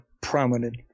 prominent